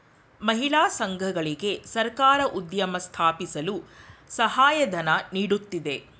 ಮಹಿಳಾ ಸಂಘಗಳಿಗೆ ಸರ್ಕಾರ ಉದ್ಯಮ ಸ್ಥಾಪಿಸಲು ಸಹಾಯಧನ ನೀಡುತ್ತಿದೆ